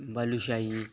balushahi